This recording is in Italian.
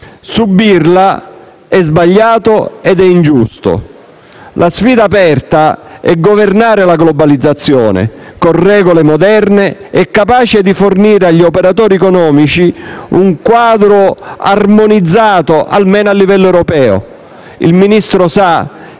subirla è sbagliato e ingiusto. La sfida aperta è governare la globalizzazione con regole moderne e capaci di fornire agli operatori economici un quadro armonizzato, almeno a livello europeo. Come il Ministro sa,